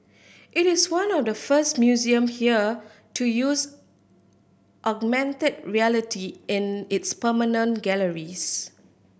it is one of the first museums here to use augmented reality in its permanent galleries